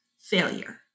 failure